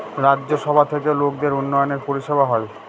রাজ্য সভা থেকে লোকদের উন্নয়নের পরিষেবা হয়